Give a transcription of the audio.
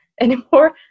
anymore